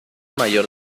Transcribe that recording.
mayor